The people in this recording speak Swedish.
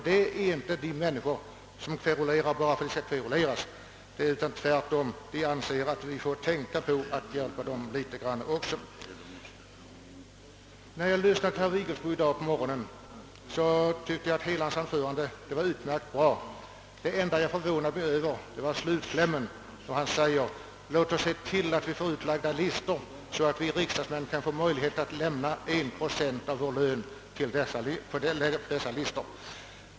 Det är inte fråga om människor som kverulerar bara därför att det skall kveruleras, utan de menar bara att vi också får tänka något på dem. När jag lyssnade till herr Vigelsbo i dag på morgonen tyckte jag att hela hans anförande var utmärkt bra. Det enda jag förvånade mig över var slutklämmen, där han menade att riksdagsmännen skulle få möjlighet att på utlagda listor teckna sig för att lämna 1 procent av sin lön till u-hjälpen.